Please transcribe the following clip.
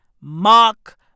Mark